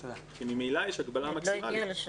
אם ממילא יש הגבלה מקסימלית?